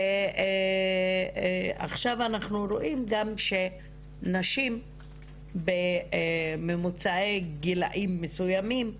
ואנחנו רואים גם שנשים בממוצעי גילאים מסוימים,